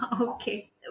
okay